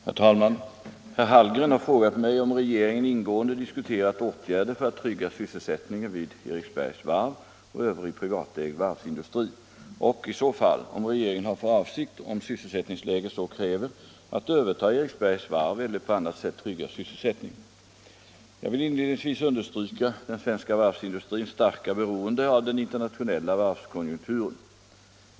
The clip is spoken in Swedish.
Herr talman! Herr Hallgren har frågat mig om regeringen ingående diskuterat åtgärder för att trygga sysselsättningen vid Eriksbergs varv och övrig privatägd varvsindustri och, i så fall, om regeringen har för avsikt, om sysselsättningsläget så kräver, att överta Eriksbergs varv eller på annat sätt trygga sysselsättningen. Jag vill inledningsvis understryka den svenska varvsindustrins starka beroende av den internationella varvskonjunkturen.